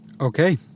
Okay